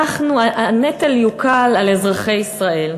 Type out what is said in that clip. הנטל יוקל על אזרחי ישראל,